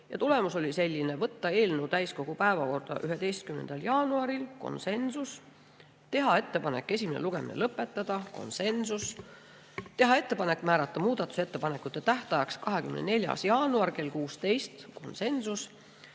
teha ettepanek võtta eelnõu täiskogu päevakorda 11. jaanuaril – konsensus –, teha ettepanek esimene lugemine lõpetada – konsensus –, teha ettepanek määrata muudatusettepanekute tähtajaks 24. jaanuar kell 16 – konsensus